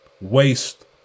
Waste